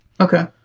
Okay